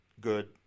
good